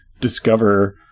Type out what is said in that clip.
discover